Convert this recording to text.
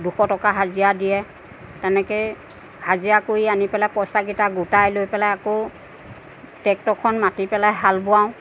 দুশ টকা হাজিৰা দিয়ে তেনেকৈ হাজিৰা কৰি আনি পেলাই পইচাকেইটা গোটাই লৈ পেলাই আকৌ ট্ৰেক্টৰখন মাটি পেলাই হাল বোৱাওঁ